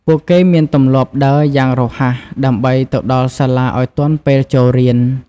ពួកគេមានទម្លាប់ដើរយ៉ាងរហ័សដើម្បីទៅដល់សាលាឱ្យទាន់ពេលចូលរៀន។